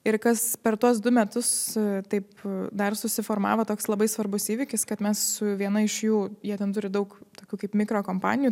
ir kas per tuos du metus taip dar susiformavo toks labai svarbus įvykis kad mes su viena iš jų jie ten turi daug tokių kaip mikro kompanijų